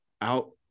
out